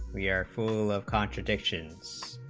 we are full of contradictions